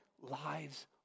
lives